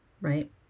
right